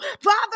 Father